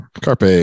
carpe